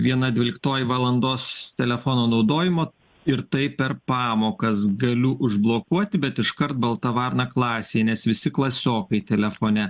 viena dvyliktoji valandos telefono naudojimo ir tai per pamokas galiu užblokuoti bet iškart balta varna klasėj nes visi klasiokai telefone